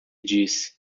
disse